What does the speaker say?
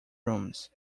rooms